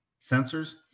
sensors